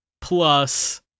plus